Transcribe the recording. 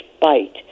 bite